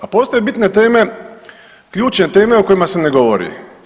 A postoje bitne teme, ključne teme o kojima se ne govori.